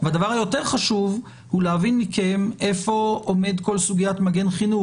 והדבר היותר חשוב הוא להבין מכם איפה עומדת הסוגיה של מגן חינוך.